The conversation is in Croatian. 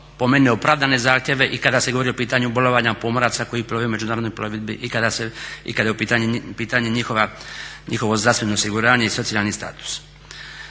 po meni opravdane zahtjeve i kada se govori o pitanju bolovanja pomoraca koji plove u međunarodnoj plovidbi i kada je u pitanju njihovo zdravstveno osiguranje i socijalni status.